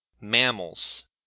mammals